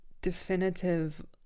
definitive